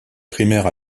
primaires